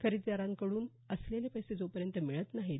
खरेदीदाराकडे असलेले पैसे जोपर्यंत मिळत नाहीत